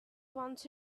wants